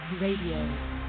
Radio